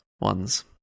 ones